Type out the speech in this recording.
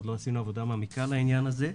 עוד לא עשינו עבודה מעמיקה בעניין הזה.